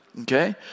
Okay